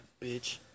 bitch